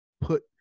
put